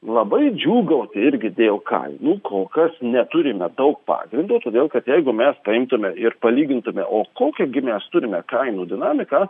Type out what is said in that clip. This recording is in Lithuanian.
labai džiūgauti irgi dėl kainų kol kas neturime daug pagrindo todėl kad jeigu mes priimtume ir palygintume o kokią gi mes turime kainų dinamiką